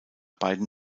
beiden